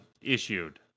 issued